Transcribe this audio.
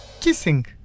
kissing